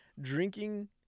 drinking